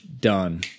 done